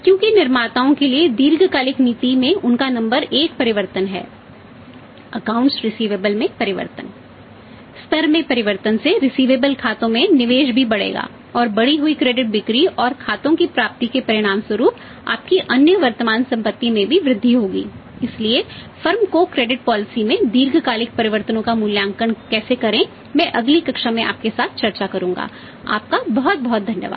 क्योंकि निर्माताओं के लिए दीर्घकालिक नीति में उनका नंबर एक परिवर्तन है अकाउंट्स रिसिवेबलस में दीर्घकालिक परिवर्तनों का मूल्यांकन कैसे करें मैं अगली कक्षा में आपके साथ चर्चा करूंगा आपका बहुत बहुत धन्यवाद